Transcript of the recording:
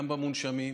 גם במונשמים,